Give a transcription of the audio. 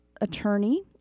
attorney